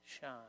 shine